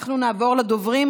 אנחנו נעבור לדוברים.